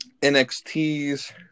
NXT's